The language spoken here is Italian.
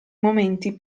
momenti